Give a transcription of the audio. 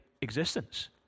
existence